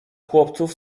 chłopców